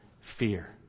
fear